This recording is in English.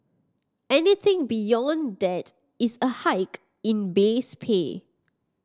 anything beyond that is a hike in base pay